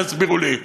תסבירו לי.